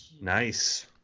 Nice